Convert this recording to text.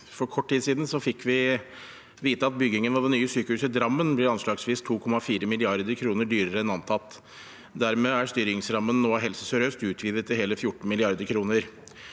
For kort tid siden fikk vi vite at byggingen av det nye sykehuset i Drammen blir anslagsvis 2,4 mrd. kr dyrere enn antatt. Dermed er styringsrammen nå utvidet til hele 14 mrd. kr